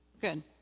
Good